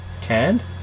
Canned